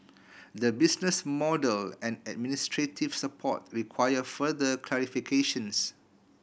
the business model and administrative support require further clarifications